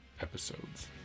episodes